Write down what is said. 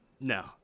No